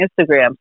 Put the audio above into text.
Instagram